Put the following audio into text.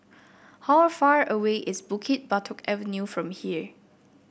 how far away is Bukit Batok Avenue from here